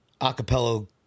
acapella